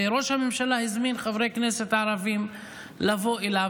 וראש הממשלה הזמין חברי כנסת ערבים לבוא אליו.